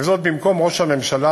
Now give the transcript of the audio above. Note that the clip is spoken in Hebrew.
וזאת במקום ראש הממשלה,